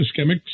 ischemic